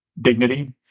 dignity